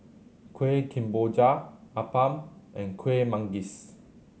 Kuih Kemboja appam and Kueh Manggis